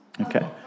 Okay